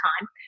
time